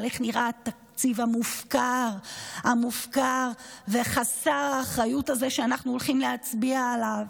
על איך נראה התקציב המופקר וחסר האחריות הזה שאנחנו הולכים להצביע עליו.